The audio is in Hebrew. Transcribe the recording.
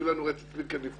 אפילו אני רואה את עצמי כנפגע